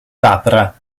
capra